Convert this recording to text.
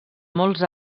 molts